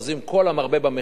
כל המרבה במחיר,